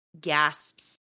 gasps